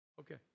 Okay